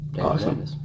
Awesome